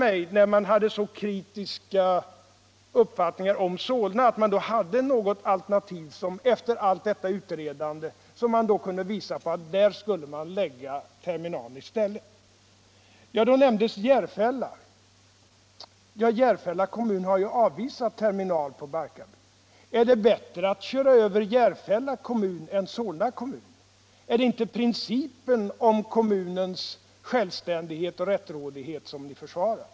Eftersom man hade så kritiska uppfattningar om Solna väntade jag mig att man skulle lägga fram något alternativ för förläggning av terminalen. Järfälla har nämnts. Ja, Järfälla kommun har avvisat terminal på Barkarby. Är det bättre att köra över Järfälla kommun än Solna kommun? Är det inte principen om kommunens självständighet och rättighet som ni försvarar?